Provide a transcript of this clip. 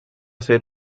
ser